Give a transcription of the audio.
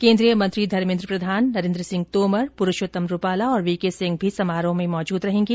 केन्द्रीय मंत्री धर्मेन्द्र प्रधान नरेन्द्र सिंह तोमर पुरूषोतम रूपाला और वी के सिंह भी समारोह में मौजूद रहेगे